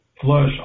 flush